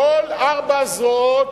כל ארבע הזרועות